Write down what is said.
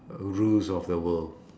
uh rules of the world